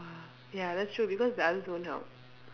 ya that's true because the others won't help